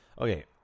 Okay